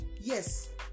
yes